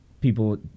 people